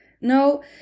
No